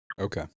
Okay